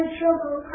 trouble